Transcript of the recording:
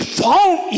found